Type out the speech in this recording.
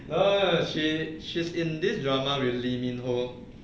no she she's in this drama with lee min ho